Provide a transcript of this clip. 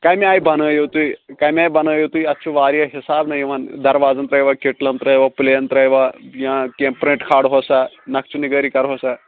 کمہِ آیہِ بنٲیِو تُہۍ کمہِ آیہِ بنٲیِو تُہۍ اتھ چھِ واریاہ حساب نہ یِوان دروازن ترٲے وا کِٹلن ترٲے وا پلین ترٲے وا یا کینٛہہ پرنٹ کھٲلہِ ہو سا نقشہِ نِگٲری کر ہو سا